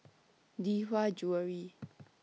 Lee Hwa Jewellery